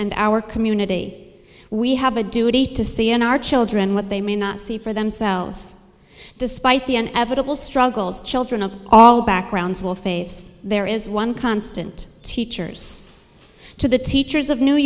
and our community we have a duty to c n r children what they may not see for themselves despite the and evitable struggles children of all backgrounds will face there is one constant teachers to the teachers of new